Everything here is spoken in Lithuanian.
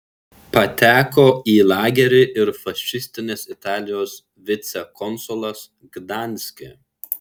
pateko į lagerį ir fašistinės italijos vicekonsulas gdanske